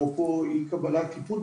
אפרופו אי קבלת טיפול,